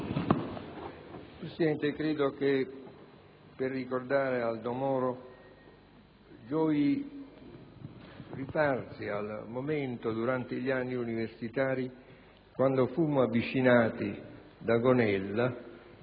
Presidente, credo che per ricordare Aldo Moro giovi rifarsi al momento in cui, durante gli anni universitari, fummo avvicinati da Gonella